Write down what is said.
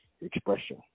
expression